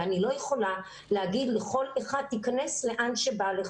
ואני לא יכולה להגיד לכל אחד: תיכנס לאן שבא לך.